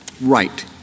right